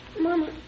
Mama